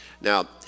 Now